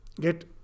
get